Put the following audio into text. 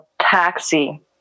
Taxi